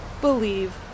believe